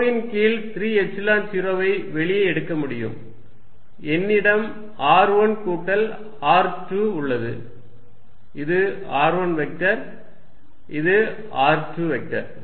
ρ ன் கீழ் 3 எப்சிலன் 0 வை வெளியே எடுக்க முடியும் என்னிடம் r1 கூட்டல் r2 உள்ளது இது r1 வெக்டர் இது r2 வெக்டர்